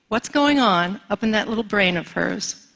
what's going on up in that little brain of hers?